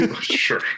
sure